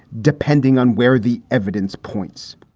depending on where the evidence points